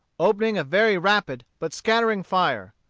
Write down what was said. opening a very rapid but scattering fire.